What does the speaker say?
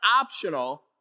optional